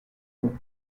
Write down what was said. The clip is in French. non